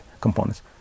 components